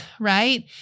Right